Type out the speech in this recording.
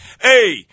hey